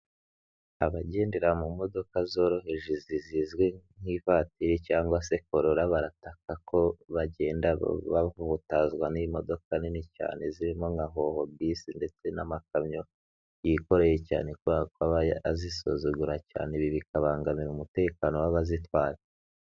Abagendera mu modoka zoroheje izi zizwi nk'ivatiri cyangwa se korora barataka ko bagenda bahutazwa n'imodoka nini cyane zirimo nka hoho bisi ndetse n'amakamyo, yikoreye cyane kubera ko aba azisumba azisuzugura cyane ibi bikabangamira umutekano w'abazitwaye.